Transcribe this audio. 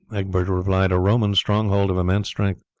egbert replied, a roman stronghold of immense strength.